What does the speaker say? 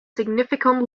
significant